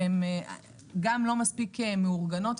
שהן לא מספיק מאורגנות,